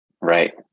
Right